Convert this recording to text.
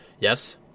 Yes